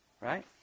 right